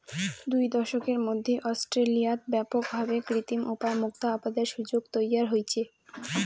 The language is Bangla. দুই দশকের মধ্যি অস্ট্রেলিয়াত ব্যাপক ভাবে কৃত্রিম উপায় মুক্তা আবাদের সুযোগ তৈয়ার হইচে